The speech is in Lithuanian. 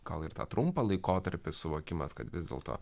gal ir tą trumpą laikotarpį suvokimas kad vis dėlto